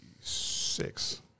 six